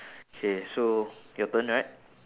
K so your turn right